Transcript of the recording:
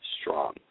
Strong